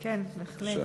כן, בהחלט.